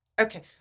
Okay